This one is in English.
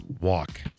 Walk